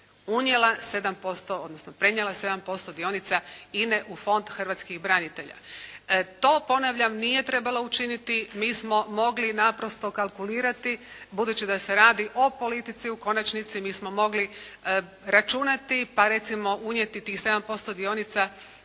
unijela 7% odnosno prenijela 7% dionica INA-e u Fond hrvatskih branitelja. To ponavljam, nije trebala učiniti. Mi smo mogli naprosto kalkulirati budući da se radi o politici. U konačnici mi smo mogli računati, pa recimo unijeti tih 7% dionica